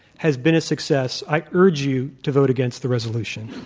has been a success. i urge you to vote against the resolution.